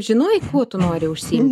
žinojai kuo tu nori užsiimt